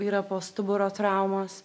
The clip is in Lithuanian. yra po stuburo traumos